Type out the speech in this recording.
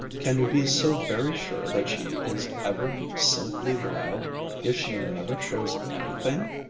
can you be so very sure that she is ever simply wild if she never shows anything?